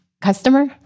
customer